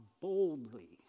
boldly